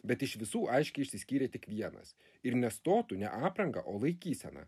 bet iš visų aiškiai išsiskyrė tik vienas ir ne stotu ne apranga o laikysena